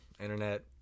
internet